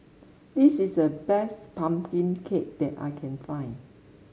this is the best pumpkin cake that I can find